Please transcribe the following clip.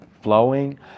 flowing